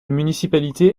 municipalité